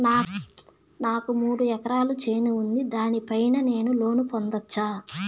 నాకు మూడు ఎకరాలు చేను ఉంది, దాని పైన నేను లోను పొందొచ్చా?